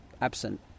absent